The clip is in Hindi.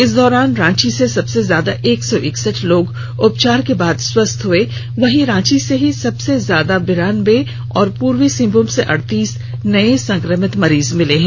इस दौरान रांची से सबसे ज्यादा एक सौ इकसठ लोग उपचार के बाद स्वस्थ हुए वहीं रांची से ही सबसे ज्यादा बिरान्बे और पूर्वी सिंहभूम से अड़तीस नए संक्रमित मरीज मिले हैं